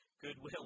goodwill